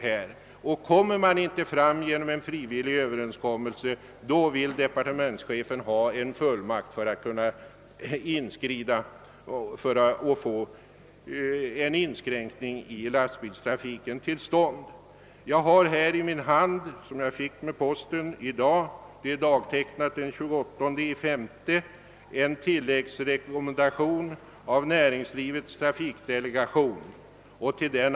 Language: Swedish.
Kan man inte nå resultat genom frivillig överenskommelse vill departementschefen ha fullmakt för att kunna inskrida och få en inskränkning av lastbilstrafiken till stånd. Jag har i min hand en tilläggsrekommendation av Näringslivets trafikorganisation och till den anslutna organisationer, som jag fick i min hand i dag.